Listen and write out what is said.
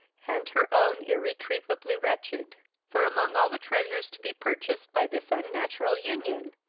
and her own irretrievably wretched for, among all the treasures to be purchased by this unnatural union,